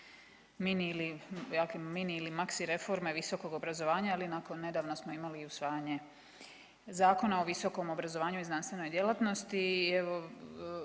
mini ili maxi reforme visokog obrazovanja. Ali nakon nedavno smo imali usvajanje Zakona o visokom obrazovanju i znanstvenoj djelatnosti.